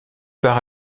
part